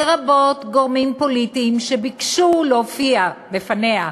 לרבות גורמים פוליטיים שביקשו להופיע בפניה.